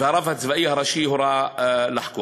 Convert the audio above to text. והרב הצבאי הראשי הורה לחקור.